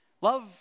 Love